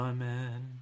Amen